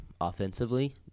offensively